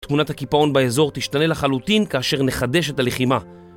תמונת הקיפאון באזור תשתנה לחלוטין כאשר נחדש את הלחימה